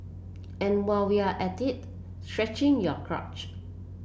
and while we're at it stretching your crotch